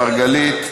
מרגלית,